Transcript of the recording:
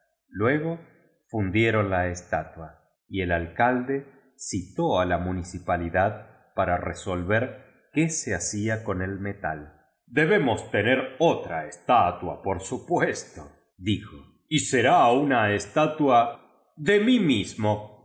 uuego fundieron la estatua y el alcalde citó a la municipalidad para resolver qué se hacía con el metal debemos tener otra estatua por supuesto dijo y será una estatua de mi mismo